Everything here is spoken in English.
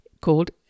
called